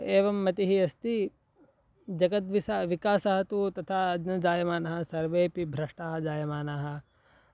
एवं मतिः अस्ति जगद्विस विकासः तु तथा न जायमानः सर्वेपि भ्रष्टाः जायमानाः